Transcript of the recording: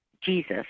Jesus